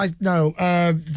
no